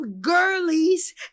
girlies